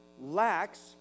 lacks